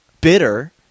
bitter